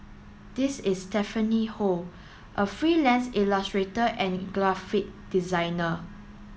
this is Stephanie Ho a freelance illustrator and graphic designer